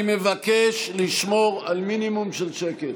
אני מבקש לשמור על מינימום של שקט.